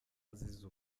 azize